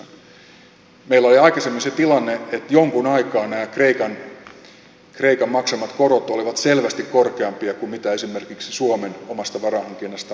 meillä oli aikaisemmin se tilanne että jonkun aikaa nämä kreikan maksamat korot olivat selvästi korkeampia kuin mitä esimerkiksi suomen omasta varainhankinnastaan maksama korko oli